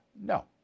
No